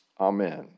Amen